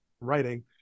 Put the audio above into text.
writing